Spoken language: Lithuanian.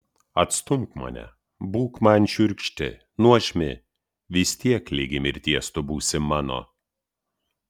atstumk mane būk man šiurkšti nuožmi vis tiek ligi mirties tu būsi mano